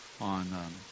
on